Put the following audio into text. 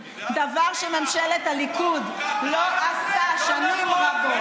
דבר שממשלת הליכוד לא עשתה שנים רבות,